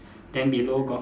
then below got